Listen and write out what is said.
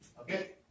okay